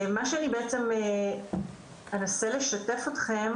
מה שאני בעצם אנסה לשתף אותכם